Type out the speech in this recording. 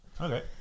Okay